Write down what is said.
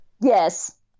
Yes